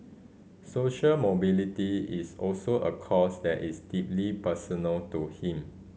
social mobility is also a cause that is deeply personal to him